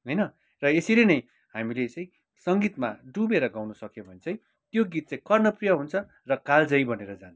होइन र यसरी नै हामीले चाहिँ सङ्गीतमा डुबेर गाउनसक्यो भने चाहिँ त्यो गीत चाहिँ कर्णप्रिय हुन्छ र कालजयी बनेर जान्छ